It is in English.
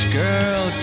girl